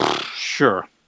Sure